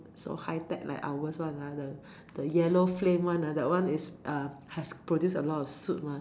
so high tech like ours [one] ah the the yellow flame one ah that one is uh has produce a lot of soot [one]